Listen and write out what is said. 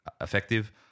effective